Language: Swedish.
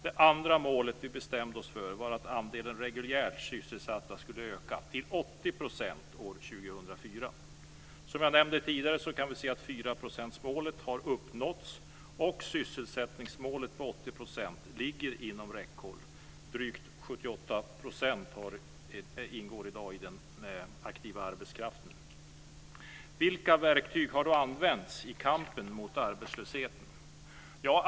Det andra målet vi bestämde oss för vara att andelen reguljärt sysselsatta skulle öka till 80 % år Som jag nämnde tidigare har 4-procentsmålet uppnåtts och sysselsättningsmålet på 80 % ligger inom räckhåll. Drygt 78 % ingår i dag i den aktiva arbetskraften. Vilka verktyg har då använts i kampen mot arbetslösheten?